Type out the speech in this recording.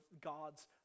God's